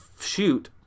shoot